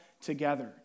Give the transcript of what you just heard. together